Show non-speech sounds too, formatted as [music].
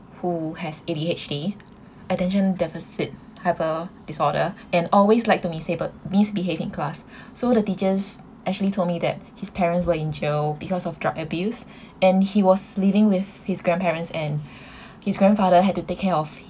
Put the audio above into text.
who has A_D_H_D attention deficit hyper disorder and always like to miss~ able~ misbehave in class [breath] so the teachers actually told me that his parents were in jail because of drug abuse [breath] and he was living with his grandparents and [breath] his grandfather had to take care of